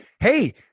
Hey